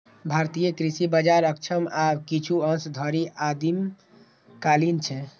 भारतीय कृषि बाजार अक्षम आ किछु अंश धरि आदिम कालीन छै